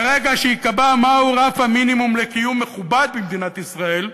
ברגע שייקבע מהו רף המינימום לקיום מכובד במדינת ישראל,